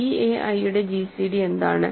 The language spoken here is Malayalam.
c a i യുടെ ജിസിഡി എന്താണ്